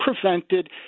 prevented